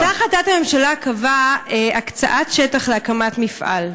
אותה החלטת ממשלה קבעה הקצאת שטח להקמת מפעל.